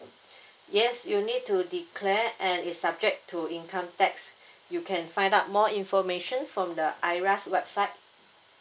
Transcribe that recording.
yes you need to declare and is subject to income tax you can find out more information from the IRAS website